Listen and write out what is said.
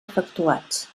efectuats